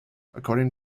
according